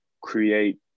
create